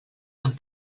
amb